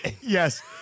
Yes